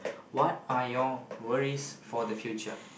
what are your worries for the future